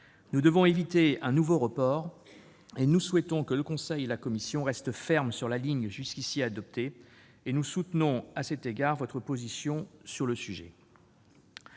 Nous devons éviter un nouveau report et nous souhaitons que le Conseil et la Commission restent fermes sur la ligne adoptée jusqu'ici. À cet égard, nous soutenons votre position sur le sujet.